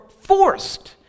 forced